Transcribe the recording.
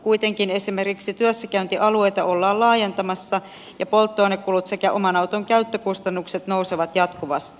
kuitenkin esimerkiksi työssäkäyntialueita ollaan laajentamassa ja polttoainekulut sekä oman auton käyttökustannukset nousevat jatkuvasti